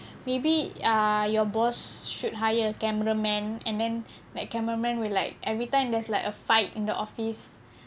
maybe err your boss should hire a cameraman and then like cameramen will like every time when there is a fight in the office